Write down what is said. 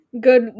Good